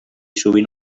sovint